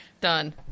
Done